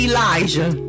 Elijah